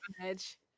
edge